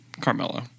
Carmelo